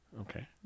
Okay